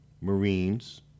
Marines